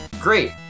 Great